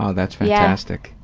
ah that's fantastic.